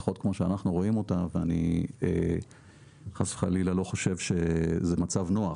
לפחות כמו שאנחנו רואים אותה ואני חס וחלילה לא חושב שזה מצב נכון.